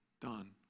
done